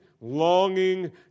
longing